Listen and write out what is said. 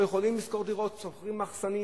לא יכולים לשכור דירות ושוכרים מחסנים,